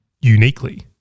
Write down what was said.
uniquely